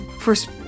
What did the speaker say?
first